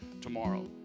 tomorrow